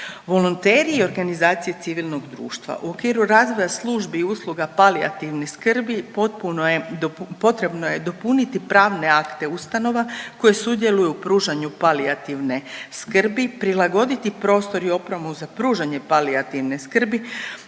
Volonteri i organizacije civilnog društva. U okviru razvoja službi i usluga palijativne skrbi potrebno je dopuniti pravne akte ustanova koje sudjeluju u pružanju palijativne skrbi, prilagoditi prostor i opremu za pružanje palijativne skrbi,